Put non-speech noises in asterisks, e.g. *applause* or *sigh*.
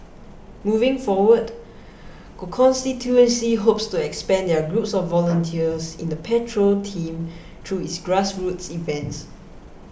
moving forward *unintelligible* constituency hopes to expand their groups of volunteers in the patrol team through *noise* its grassroots events